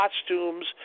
costumes